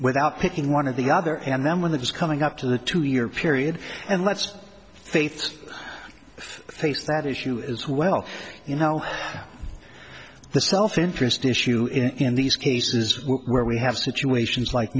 without picking one of the other and then when that was coming up to the two year period and let's face face that issue as well you know the self interest issue in these cases where we have situations like